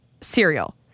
cereal